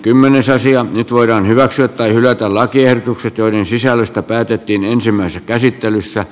nyt voidaan hyväksyä tai hylätä lakiehdotukset joiden sisällöstä päätettiin ensimmäisessä käsittelyssä